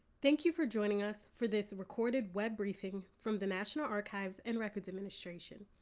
thank you for joining us for this recorded web briefing from the national archives and records administration.